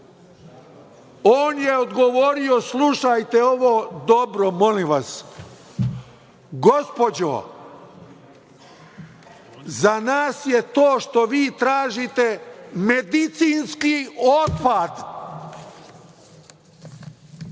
On je odgovorio, slušajte ovo dobro, molim vas – gospođo, za nas je to što vi tražite medicinski otpad.